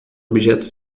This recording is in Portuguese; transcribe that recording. objeto